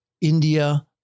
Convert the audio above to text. India